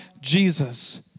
Jesus